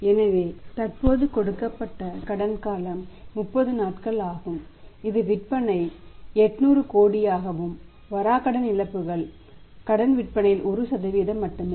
எனவே தற்போது கொடுக்கப்பட்ட கடன் காலம் 30 நாட்கள் ஆகும் இது விற்பனை 800 கோடியாகவும் வராக்கடன் இழப்புகள் கடன் விற்பனையில் 1 மட்டுமே